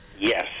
Yes